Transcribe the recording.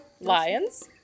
lions